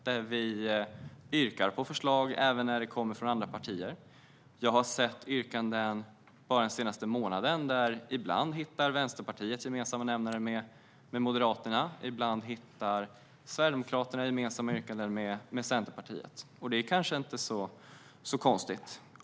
Vi yrkar bifall till förslag även om de kommer från andra partier. Bara under den senaste månaden har jag sett gemensamma yrkanden från Vänsterpartiet och Moderaterna. Ibland har Sverigedemokraterna gemensamma yrkanden med Centerpartiet. Det är kanske inte så konstigt.